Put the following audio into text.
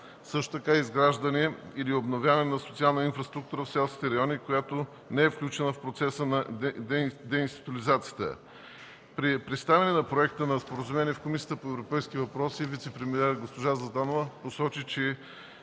среда; - изграждане или обновяване на социална инфраструктура в селските райони, която не е включена в процеса на деинституционализацията. При представяне на проекта на споразумение в Комисията по европейските въпроси и европейските фондове вицепремиерът госпожа Златанова посочи, че